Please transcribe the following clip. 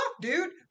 dude